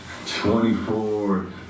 24